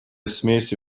смеси